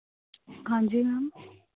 ਹਾਂਜੀ ਮੈਮ